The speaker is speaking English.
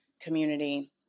community